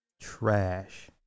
trash